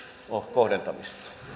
kohdentamista